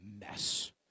mess